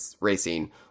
racing